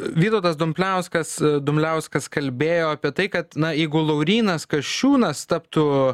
vytautas dumbliauskas dumbliauskas kalbėjo apie tai kad na jeigu laurynas kasčiūnas taptų